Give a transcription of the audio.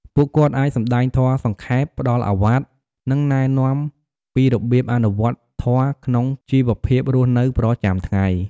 ពួកគាត់អាចសម្ដែងធម៌សង្ខេប ផ្ដល់ឱវាទ និងណែនាំពីរបៀបអនុវត្តធម៌ក្នុងជីវភាពរស់នៅប្រចាំថ្ងៃ។